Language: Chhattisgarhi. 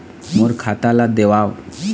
मोर खाता ला देवाव?